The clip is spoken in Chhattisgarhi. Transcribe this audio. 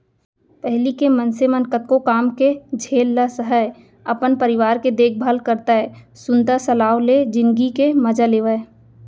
पहिली के मनसे मन कतको काम के झेल ल सहयँ, अपन परिवार के देखभाल करतए सुनता सलाव ले जिनगी के मजा लेवयँ